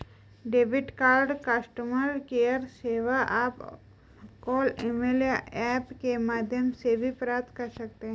debit card customer care सेवा आप call email या ऐप के माध्यम से भी प्राप्त कर सकते हैं